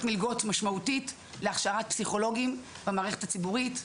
מלגות משמעותית להכשרת פסיכולוגים במערכת הציבורית.